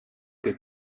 que